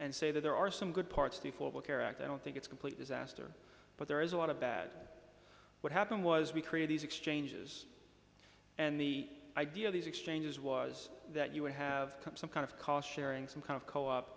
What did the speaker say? and say that there are some good parts to care act i don't think it's completely sastre but there is a lot of bad what happened was we create these exchanges and the idea of these exchanges was that you would have some kind of cost sharing some kind of co op